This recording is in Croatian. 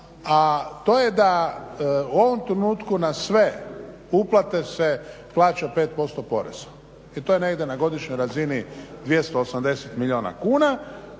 A to je da u ovom trenutku na sve uplate se plaća 5% poreza i to je negdje na godišnjoj razini 280 milijuna kuna.